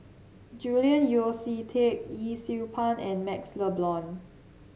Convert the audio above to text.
Julian Yeo See Teck Yee Siew Pun and MaxLe Blond